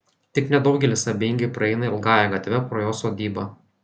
tik nedaugelis abejingai praeina ilgąja gatve pro jo sodybą